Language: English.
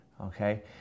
okay